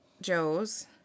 Joe's